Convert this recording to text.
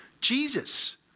Jesus